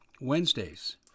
Wednesdays